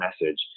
message